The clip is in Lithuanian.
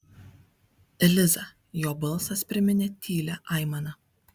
eliza jo balsas priminė tylią aimaną